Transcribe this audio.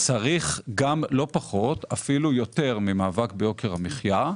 לא פחות ואפילו יותר ממאבק ביוקר המחייה,